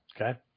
Okay